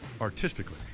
artistically